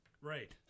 Right